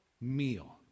meal